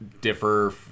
differ